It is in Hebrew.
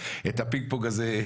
את הפינג פונג הזה פעם שלישית.